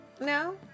No